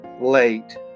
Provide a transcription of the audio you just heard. late